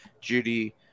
judy